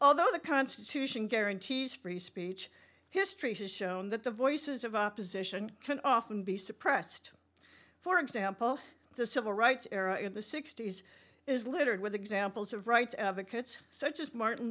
although the constitution guarantees free speech history has shown that the voices of opposition can often be suppressed for example the civil rights era in the sixty's is littered with examples of rights advocates such as martin